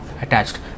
attached